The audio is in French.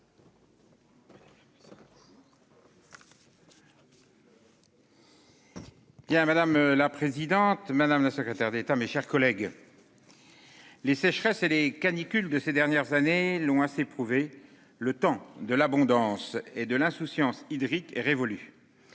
madame la présidente, madame la secrétaire d'État, mes chers collègues. Les sécheresses et les canicules de ces dernières années l'ont assez prouvé le temps de l'abondance et de l'insouciance hydrique est révolu.